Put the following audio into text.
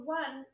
one